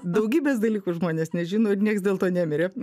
daugybės dalykų žmonės nežino ir niekas dėl to nemirė